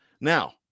Now